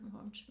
home